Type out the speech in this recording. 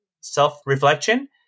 self-reflection